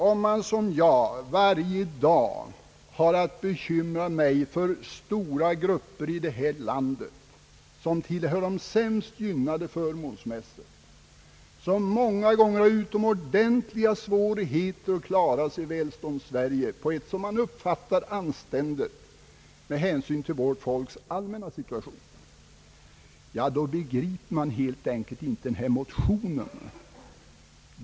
Om man som jag varje dag har att bekymra sig för stora grupper i detta land, som tillhör de sämst gynnade förmånsmässigt och som många gånger har stora svårigheter att klara sig i Välståndssverige på ett anständigt sätt med hänsyn till vårt folks allmänna situation, begriper man helt enkelt inte denna motion.